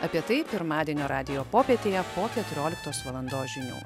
apie tai pirmadienio radijo popietėje po keturioliktos valandos žinių